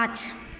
पाँच